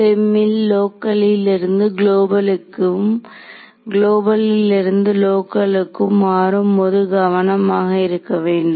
FEM இல் லோக்கலில் இருந்து குளோபலுக்கும் குளோபலில் இருந்து லோக்கலுக்கும் மாறும்போது கவனமாக இருக்க வேண்டும்